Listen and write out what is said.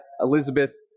Elizabeth